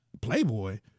Playboy